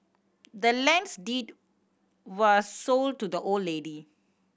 the land's deed was sold to the old lady